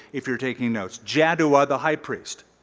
if you're taking notes. jaddua the high priest.